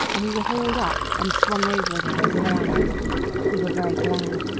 and we were hauled up, and swung over again to the land we were very glad,